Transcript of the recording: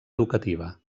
educativa